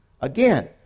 Again